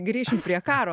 grįšim prie karo